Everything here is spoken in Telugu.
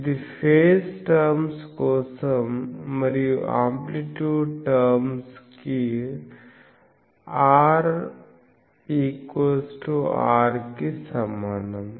ఇది ఫేజ్ టర్మ్స్ కోసం మరియు ఆమ్ప్లిట్యూడ్ టర్మ్స్ కు R⋍ r కి సమానం